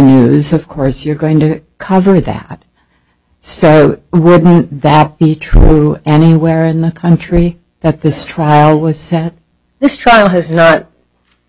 news of course you're going to cover that so that the true and anywhere in the country that this trial was set this trial has not